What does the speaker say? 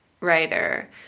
writer